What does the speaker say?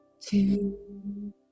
two